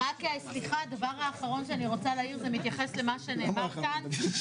הדבר האחרון שאני רוצה להגיד מתייחס למה שנאמר כאן,